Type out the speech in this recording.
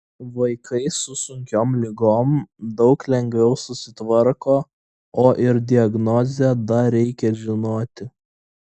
vaikai su sunkiom ligom daug lengviau susitvarko o ir diagnozę dar reikia žinoti